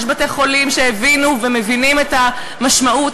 יש בתי-חולים שהבינו ומבינים את המשמעות